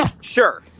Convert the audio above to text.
Sure